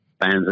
fans